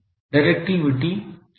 directivity क्या है